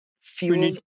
fuel